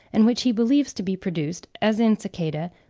and which he believes to be produced, as in cicada,